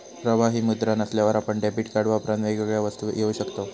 प्रवाही मुद्रा नसल्यार आपण डेबीट कार्ड वापरान वेगवेगळ्या वस्तू घेऊ शकताव